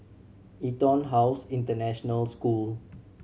EtonHouse International School